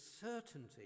certainty